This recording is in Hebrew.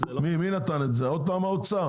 מי נתן את זה, עוד פעם האוצר?